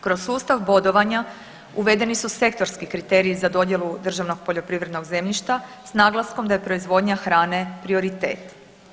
Kroz sustav bodovanja uvedeni su sektorski kriteriji za dodjelu državnog poljoprivrednog zemljišta s naglaskom da je proizvodnja hrane prioritet.